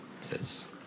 says